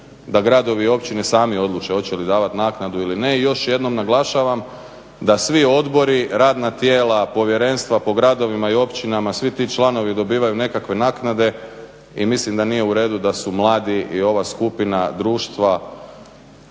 da gradovi i općine sami odluče hoće li davati naknadu ili ne i još jednom naglašavam da svi odbori, radna tijela, povjerenstva po gradovima i općinama, svi ti članovi dobivaju nekakve naknade i mislim da nije u redu da su mladi i ova skupina društva